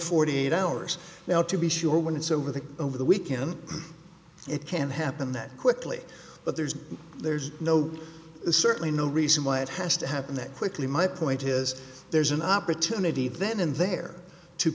forty eight hours now to be sure when it's over the over the weekend it can happen that quickly but there's there's no certainly no reason why it has to happen that quickly my point is there's an opportunity then in there to